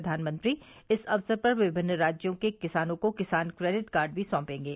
प्रधानमंत्री इस अवसर पर विभिन्न राज्यों के किसानों को किसान क्रेडिट कार्ड भी सौंपेंगे